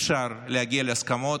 אפשר להגיע להסכמות,